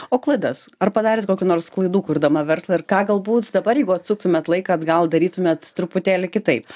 o klaidas ar padarėt kokių nors klaidų kurdama verslą ir ką galbūt dabar jeigu atsuktumėt laiką atgal darytumėt truputėlį kitaip